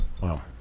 Wow